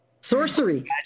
Sorcery